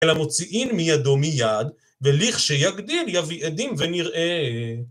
אלא מוציאין מידו מיד, וליך שיגדיל יביא עדים ונראה.